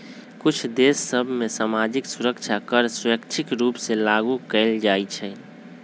कुछ देश सभ में सामाजिक सुरक्षा कर स्वैच्छिक रूप से लागू कएल जाइ छइ